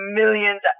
millions